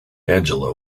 angela